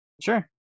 Sure